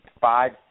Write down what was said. five